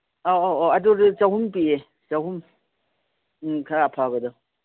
ꯑꯧ ꯑꯧ ꯑꯧ ꯑꯗꯨꯁꯨ ꯆꯍꯨꯝ ꯄꯤꯌꯦ ꯆꯍꯨꯝ ꯎꯝ ꯈꯔ ꯑꯐꯕꯗꯣ